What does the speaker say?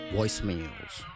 Voicemails